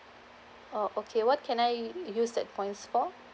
oh okay what can I use the points for